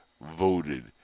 voted